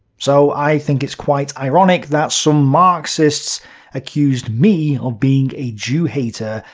so, i think it's quite ironic that some marxists accused me of being a jew-hater,